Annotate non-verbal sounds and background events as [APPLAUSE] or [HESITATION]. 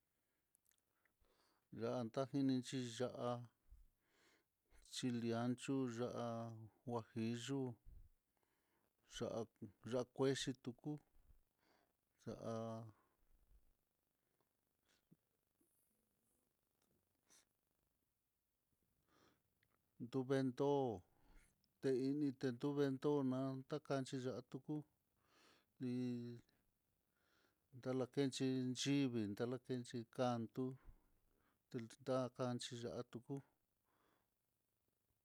Ya'á tanjinichí ya'á chili ancho, ya'á huajillo, ya'á ngue [HESITATION] i tuku, ya'á duvento'ó, teini tu tevento na'a, takanchí tiya'a tuku níi ndalakenchí chivii ndalakenchí kandó telta kanchí ya'á tuku.